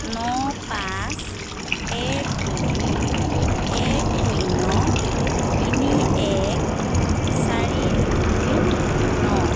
ন পাঁচ এক দুই এক শূন্য তিনি এক চাৰি দুই ন